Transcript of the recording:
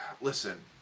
Listen